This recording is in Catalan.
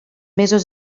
mesos